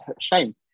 shame